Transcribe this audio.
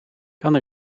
kan